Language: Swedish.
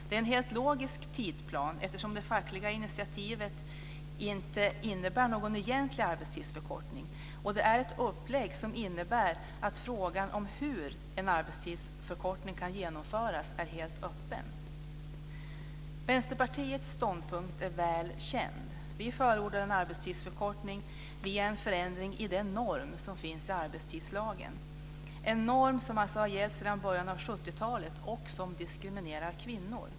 Det är en helt logisk tidsplan, eftersom det fackliga initiativet inte innebär någon egentlig arbetstidsförkortning, och det är ett upplägg som innebär att frågan om hur en arbetstidsförkortning kan genomföras är helt öppen. Vänsterpartiets ståndpunkt är väl känd. Vi förordar en arbetstidsförkortning via en förändring i den norm som finns i arbetstidslagen, en norm som har gällt sedan början av 1970-talet och som diskriminerar kvinnor.